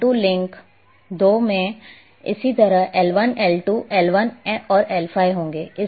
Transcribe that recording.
N2 link दो में इसी तरह L 1 L 2 L 1 और L5 होंगे